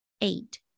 Eight